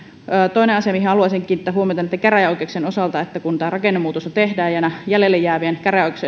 toinen asia johon haluaisin kiinnittää huomiota on näitten käräjäoikeuksien osalta kun tätä rakennemuutosta tehdään ja näiden jäljelle jäävien